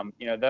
you know,